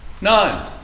None